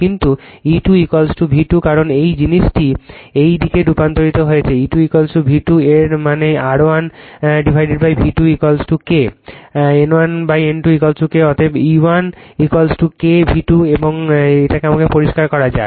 কিন্তু E2 V2 কারণ এই জিনিসটি এই দিকে রূপান্তরিত হয়েছে E2 V2 এর মানে R1 V2 K N1 N2 K অতএব E1 K V2 এবং আমাকে এটা পরিষ্কার করা যাক